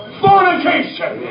fornication